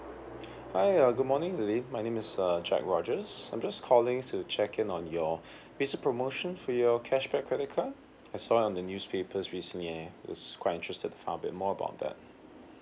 hi uh good morning lily my name is uh jack rogers I'm just calling to check in on your basic promotion for your cashback credit card I saw it on the newspapers recently it's quite interested to find out a bit more about that